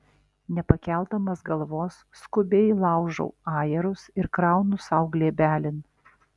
nepakeldamas galvos skubiai laužau ajerus ir kraunu sau glėbelin